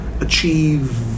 achieve